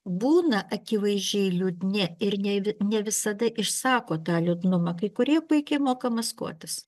būna akivaizdžiai liūdni ir ne ne visada išsako tą liūdnumą kai kurie puikiai moka maskuotis